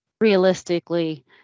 realistically